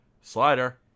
slider